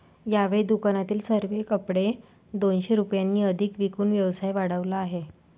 यावेळी दुकानातील सर्व कपडे दोनशे रुपयांनी अधिक विकून व्यवसाय वाढवला आहे